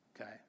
okay